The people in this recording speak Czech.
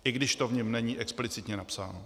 I když to v něm není explicitně napsáno.